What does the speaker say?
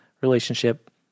relationship